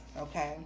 okay